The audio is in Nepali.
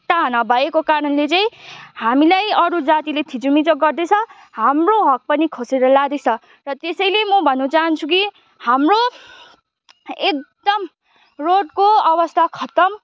नभएको कारणले चाहिँ हामीलाई अरू जातिले थिचोमिचो गर्दैछ हाम्रो हक पनि खोसेर लाँदैछ र त्यसैले म भन्नु चाहन्छु कि हाम्रो एकदम रोडको आवस्था खत्तम